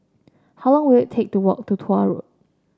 how long will it take to walk to Tuah Road